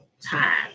time